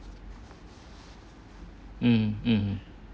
mm mm